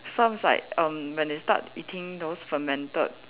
sounds like erm when they start eating those fermented